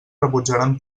rebutjaran